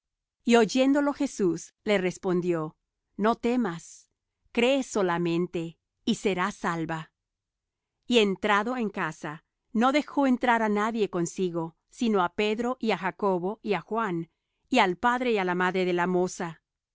y oyéndolo jesús le respondió no temas cree solamente y será salva y entrado en casa no dejó entrar á nadie consigo sino á pedro y á jacobo y á juan y al padre y á la madre de la moza